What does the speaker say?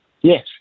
Yes